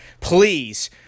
please